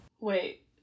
wait